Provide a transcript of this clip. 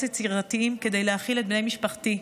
יצירתיים כדי להאכיל את בני משפחתי.